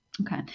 Okay